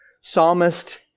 psalmist